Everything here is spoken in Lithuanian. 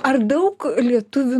ar daug lietuvių